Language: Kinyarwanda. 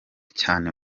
cyane